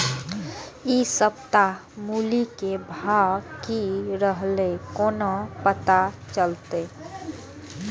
इ सप्ताह मूली के भाव की रहले कोना पता चलते?